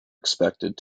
expected